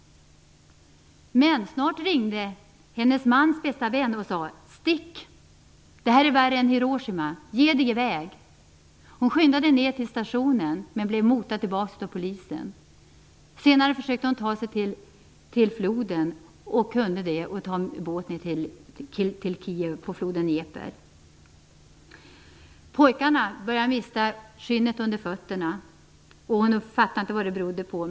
Men snart ringde hennes mans bästa vän och sade: Stick, det här är värre än Hiroshima, ge dig i väg! Hon skyndade ner till stationen men blev motad tillbaka av polisen. Senare försökte hon ta sig till floden. Hon kunde ta båten till Kiev på floden Dnepr. Pojkarna började mista skinnet under fötterna. Hon förstod inte vad det berodde på.